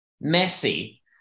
messy